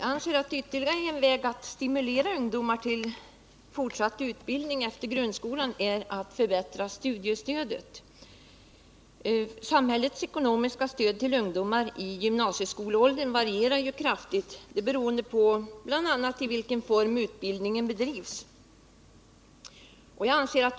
Fru talman! Ytterligare en väg att stimulera ungdomar till fortsatt utbildning efter grundskolan är enligt min mening att förbättra studiestödet — samhällets ekonomiska stöd till ungdomar i gymnasieskoleåldern varierar ju kraftigt, och dess storlek är bl.-a. beroende av i vilken form utbildningen bedrivs.